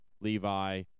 Levi